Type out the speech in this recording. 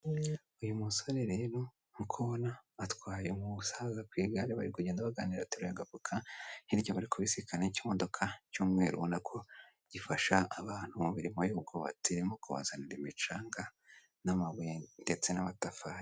Uyu musore nk'uko ubona atwaye umusaza ku igare bari kugenda baganira ateruye agafuka, hirya bari kubisikana n'ikimodoka cy'umweru ubona ko gifasha abantu mu mirimo y'ubwubatsi irimo kubazanira imicanga n'amabuye ndetse n'amatafari.